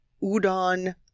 Udon